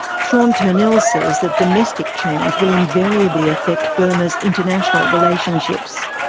sean turnell says that domestic change will invariably affect burma's international relationships.